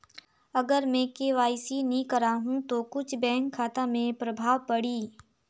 अगर मे के.वाई.सी नी कराहू तो कुछ बैंक खाता मे प्रभाव पढ़ी?